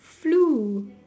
flu